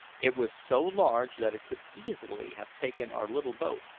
it was so large that it could easily have taken our little boat,